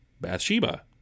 Bathsheba